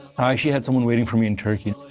i actually had someone waiting for me in turkey.